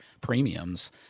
premiums